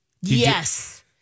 yes